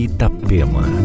Itapema